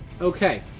Okay